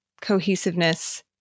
cohesiveness